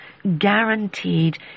guaranteed